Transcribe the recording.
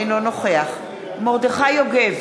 אינו נוכח מרדכי יוגב,